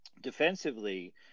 defensively